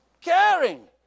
caring